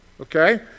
okay